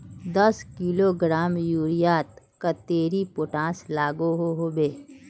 दस किलोग्राम यूरियात कतेरी पोटास लागोहो होबे?